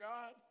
God